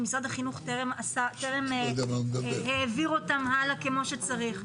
שמשרד החינוך טרם העביר אותם הלאה כמו שצריך,